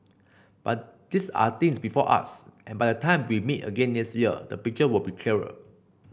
but these are things before us and by the time we meet again next year the picture will be clearer